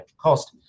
cost